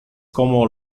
como